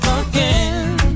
again